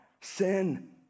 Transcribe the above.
sin